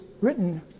written